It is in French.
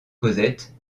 cosette